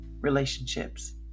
relationships